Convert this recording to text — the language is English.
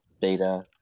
beta